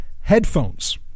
Headphones